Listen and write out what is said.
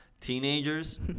teenagers